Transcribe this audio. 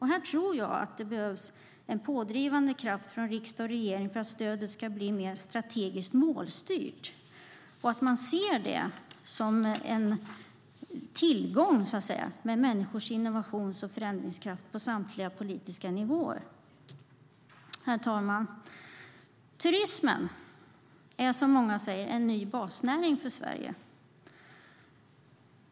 Här tror jag att det behövs en pådrivande kraft från riksdag och regering för att stödet ska bli mer strategiskt målstyrt och för att man ska se det som en tillgång med människors innovations och förändringskraft på samtliga politiska nivåer. Herr talman! Turismen är, som många säger, en ny basnäring för Sverige.